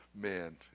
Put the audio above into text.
man